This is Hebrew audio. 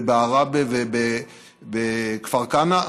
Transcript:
בעראבה ובכפר כנא,